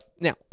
now